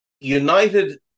United